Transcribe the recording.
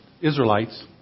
Israelites